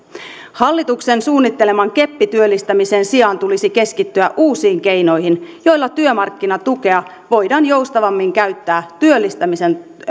hallituksen suunnitteleman keppityöllistämisen sijaan tulisi keskittyä uusiin keinoihin joilla työmarkkinatukea voidaan joustavammin käyttää työllistämisen